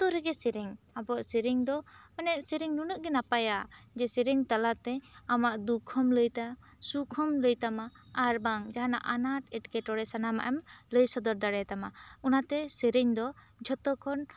ᱡᱚᱛᱚ ᱨᱮᱜᱮ ᱥᱮᱨᱮᱧ ᱟᱵᱚᱣᱟᱜ ᱥᱮᱨᱮᱧ ᱫᱚ ᱮᱱᱮᱡ ᱥᱮᱨᱮᱧ ᱫᱚ ᱱᱩᱱᱟᱹᱜ ᱱᱟᱯᱟᱭᱟ ᱡᱮ ᱥᱮᱨᱮᱧ ᱛᱟᱞᱟ ᱛᱮ ᱟᱢᱟᱜ ᱫᱩᱠᱷ ᱦᱚᱢ ᱞᱟᱹᱭ ᱮᱫᱟ ᱥᱩᱠᱷ ᱦᱚᱢ ᱞᱟᱹᱭ ᱛᱟᱢᱟ ᱟᱨ ᱵᱟᱝ ᱡᱟᱦᱟᱱᱟᱜ ᱟᱱᱟᱴ ᱮᱴᱠᱮᱴᱚᱬᱮ ᱥᱟᱱᱟᱢᱟᱜ ᱮᱢ ᱞᱟᱹᱭ ᱥᱚᱫᱚᱨ ᱫᱟᱲᱮᱭᱟᱛᱟᱢᱟ ᱚᱱᱟᱛᱮ ᱥᱮᱨᱮᱧ ᱫᱚ ᱡᱷᱚᱛᱚ ᱠᱷᱚᱱ